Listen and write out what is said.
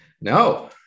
no